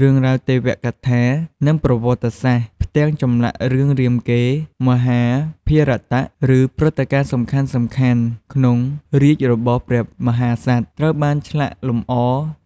រឿងរ៉ាវទេវកថា និងប្រវត្តិសាស្ត្រ ផ្ទាំងចម្លាក់រឿងរាមកេរ្តិ៍ មហាភារតៈ ឬព្រឹត្តិការណ៍សំខាន់ៗក្នុងរាជ្យរបស់ព្រះមហាក្សត្រ ត្រូវបានឆ្លាក់លម្អ